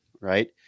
right